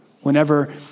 whenever